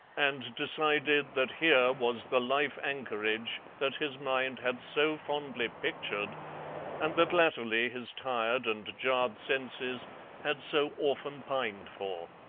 and decided that here was the life-anchorage that his mind had so fondly pictured and that latterly his tired and jarred senses had so often pined for.